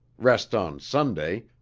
rest on sunday,